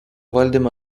valdymo